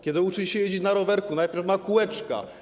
Kiedy uczy się jeździć na rowerku, najpierw ma kółeczka.